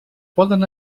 poden